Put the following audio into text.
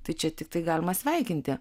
tai čia tiktai galima sveikinti